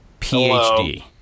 PhD